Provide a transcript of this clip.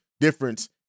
difference